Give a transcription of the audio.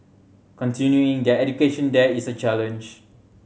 continuing their education there is a challenge